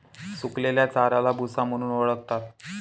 सुकलेल्या चाऱ्याला भुसा म्हणून ओळखतात